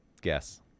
Guess